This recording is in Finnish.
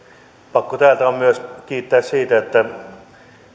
pakko täältä on myös kiittää siitä että